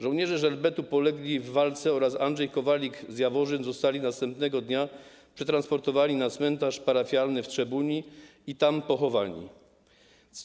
Żołnierze Żelbetu polegli w walce oraz Andrzej Kowalik z Jaworzyny zostali następnego dnia przetransportowani na cmentarz parafialny w Trzebuni i tam pochowani.